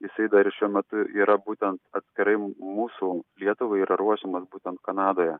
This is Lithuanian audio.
jisai dar šiuo metu yra būtent atskirai mūsų lietuvai yra ruošimas būtent kanadoje